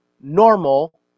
normal